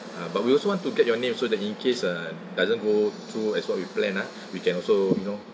uh but we also want to get your name so that in case uh doesn't go through as what we planed ah we can also you know